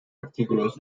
artículos